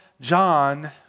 John